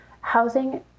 Housing